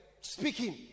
speaking